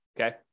okay